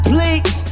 Please